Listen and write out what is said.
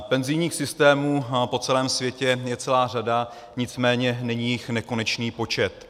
Penzijních systémů po celém světě je celá řada, nicméně není jich nekonečný počet.